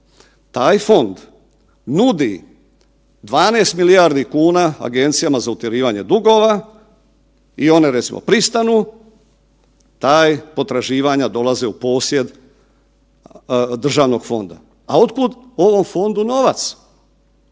taj fond nudi 12 milijardi kuna agencijama za utjerivanje dugova i one recimo pristanu, ta potraživanja dolaze u posjed državnog fonda. A od kud ovom fondu novac?